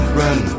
run